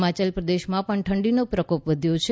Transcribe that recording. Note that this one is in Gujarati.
હિમાચલ પ્રદેશમાં પણ ઠંડીનો પ્રકોપ વધ્યો છે